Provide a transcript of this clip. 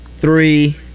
three